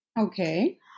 okay